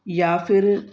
या फ़िर